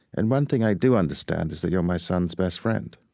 and one thing i do understand is that you're my son's best friend,